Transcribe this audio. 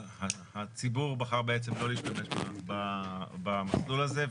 הציבור בחר לא להשתמש במסלול הזה,